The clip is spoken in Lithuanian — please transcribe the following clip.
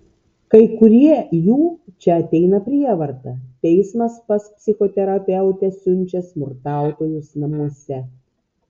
kai kurie jų čia ateina prievarta teismas pas psichoterapeutę siunčia smurtautojus namuose